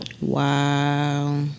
Wow